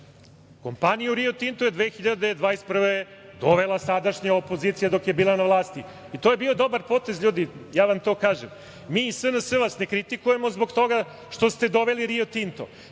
značaja. Kompaniju Rio Tinto je 2021. godine dovela sadašnja opozicija dok je bila na vlasti i to je bio dobar potez, ja vam to kažem. Mi iz SNS vas ne kritikujemo zbog toga što ste doveli Rio Tinto,